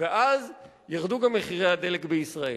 ואז ירדו גם מחירי הדלק בישראל.